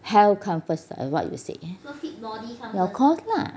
health come first ah like what you said of course lah